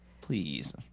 Please